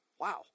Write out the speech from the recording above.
Wow